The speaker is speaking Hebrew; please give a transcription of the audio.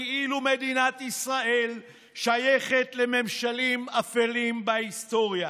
כאילו מדינת ישראל שייכת לממשלים אפלים בהיסטוריה.